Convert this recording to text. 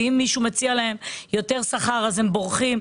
ואם מישהו מציע להם יותר שכר הם בורחים.